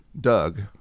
Doug